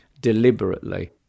deliberately